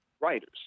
writers